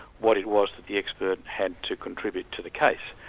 what it was that the expert had to contribute to the case.